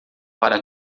para